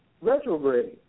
retrograde